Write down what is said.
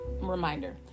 reminder